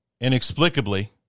Inexplicably